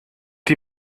die